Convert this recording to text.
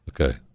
Okay